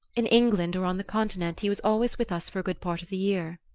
in england or on the continent he was always with us for a good part of the year.